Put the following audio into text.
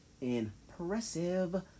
impressive